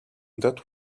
that